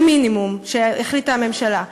למינימום שעליו החליטה הממשלה.